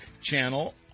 channel